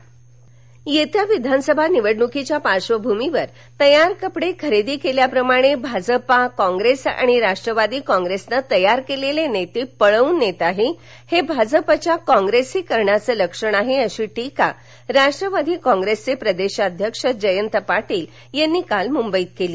पार्टील येत्या विधानसभा निवडणूकीच्या पार्श्वभूमीवर तयार कपडे खरेदी केल्याप्रमाणे भाजप कॉप्रेस आणि राष्ट्रवादी कॉप्रेस ने तयार केलेले नेते पळवून नेत आहे हे भाजपच्या कॉंग्रेसीकरणाचं लक्षण आहे अशी टीका राष्ट्रवादी कॉंग्रेसचे प्रदेशाध्यक्ष जयंत पाटील यांनी काल मुंबईत केली